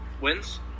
wins